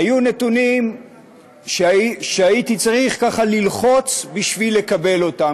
היו נתונים שהייתי צריך ללחוץ בשביל לקבל אותם,